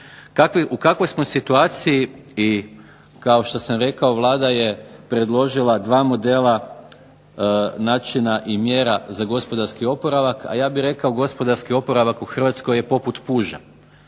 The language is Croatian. U kakvoj smo situaciji i kao što sam rekao Vlada je predložila dva modela načina i mjera za gospodarski oporavak, a ja bih rekao gospodarski oporavak u Hrvatskoj je poput puža,